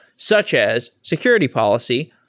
such as security policy.